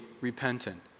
repentant